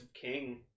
king